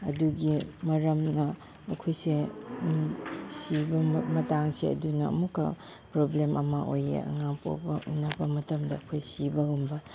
ꯑꯗꯨꯒꯤ ꯃꯔꯝꯅ ꯑꯩꯈꯣꯏꯁꯦ ꯁꯤꯕ ꯃꯇꯥꯡꯁꯦ ꯑꯗꯨꯅ ꯑꯃꯨꯛꯀ ꯄ꯭ꯔꯣꯕ꯭ꯂꯦꯝ ꯑꯃ ꯑꯣꯏꯌꯦ ꯑꯉꯥꯡ ꯄꯣꯛꯄ ꯎꯅꯕ ꯃꯇꯝꯗ ꯑꯩꯈꯣꯏ ꯁꯤꯕꯒꯨꯝꯕ